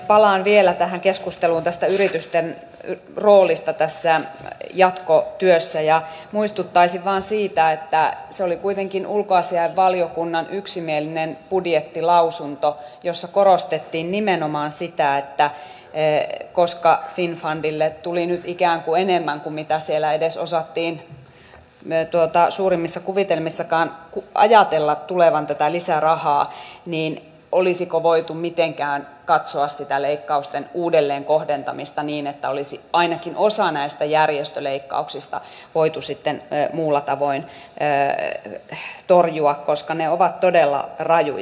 palaan vielä tähän keskusteluun tästä yritysten roolista jatkotyössä ja muistuttaisin vain siitä että se oli kuitenkin ulkoasiainvaliokunnan yksimielinen budjettilausunto jossa korostettiin nimenomaan sitä että koska finnfundille tuli nyt ikään kuin enemmän kuin mitä siellä edes osattiin suurimmissa kuvitelmissakaan ajatella tulevan tätä lisärahaa olisi voitu jotenkin katsoa sitä leikkausten uudelleenkohdentamista niin että olisi ainakin osa näistä järjestöleikkauksista voitu sitten muulla tavoin torjua koska ne ovat todella rajuja